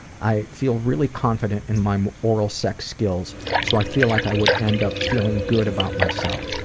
i feel really confident in my oral sex skills so i feel like i would end up feeling good about myself.